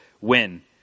Win